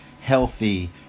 healthy